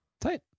Tight